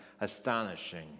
astonishing